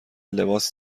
لباس